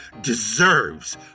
deserves